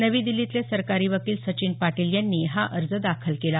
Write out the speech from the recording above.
नवी दिल्लीतले सरकारी वकील सचिन पाटील यांनी हा अर्ज दाखल केला